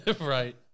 Right